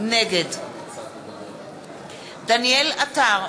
נגד דניאל עטר,